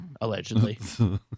allegedly